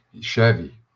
Chevy